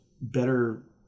better